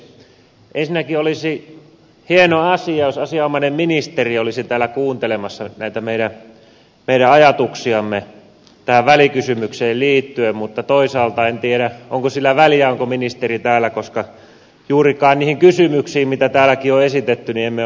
ensinnäkin olisi hieno asia jos asianomainen ministeri olisi täällä kuuntelemassa näitä meidän ajatuksiamme tähän välikysymykseen liittyen mutta toisaalta en tiedä onko sillä väliä onko ministeri täällä koska juurikaan niihin kysymyksiin mitä täälläkin on esitetty emme ole vastauksia saaneet